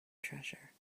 treasure